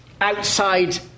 outside